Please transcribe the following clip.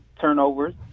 turnovers